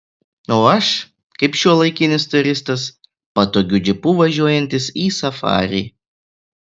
o aš kaip šiuolaikinis turistas patogiu džipu važiuojantis į safarį